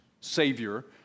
savior